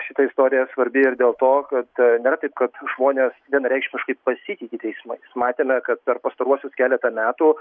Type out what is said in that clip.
šita istorija svarbi ir dėl to kad nėra taip kad žmonės vienareikšmiškai pasitiki teismais matėme kad per pastaruosius keletą metų